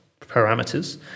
parameters